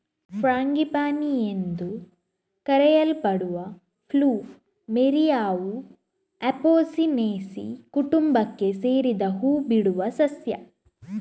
frangipani ಎಂದು ಕರೆಯಲ್ಪಡುವ ಪ್ಲುಮೆರಿಯಾವು ಅಪೊಸಿನೇಸಿ ಕುಟುಂಬಕ್ಕೆ ಸೇರಿದ ಹೂ ಬಿಡುವ ಸಸ್ಯ